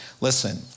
listen